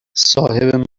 صاحب